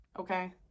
okay